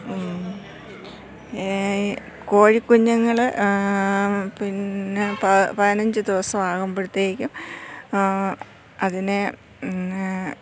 കോഴിക്കുഞ്ഞുങ്ങൾ പിന്നെ പതിനഞ്ച് ദിവസം ആകുമ്പോഴത്തേക്കും അതിനെ